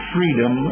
Freedom